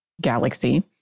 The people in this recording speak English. galaxy